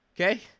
Okay